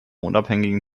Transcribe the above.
unabhängigen